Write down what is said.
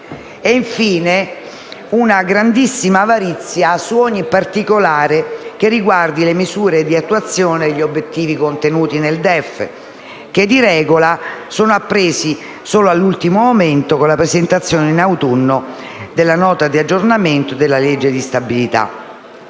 e, infine, una grandissima avarizia su ogni particolare che riguardi le misure di attuazione degli obiettivi contenuti nel DEF, che di regola sono appresi solo all'ultimo momento con la presentazione, in autunno, della Nota di aggiornamento e della legge di stabilità.